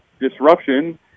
disruption